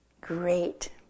great